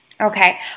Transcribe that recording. Okay